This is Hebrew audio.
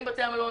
אם בתי המלון